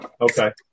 Okay